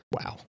Wow